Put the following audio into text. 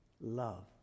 love